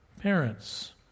parents